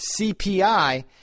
CPI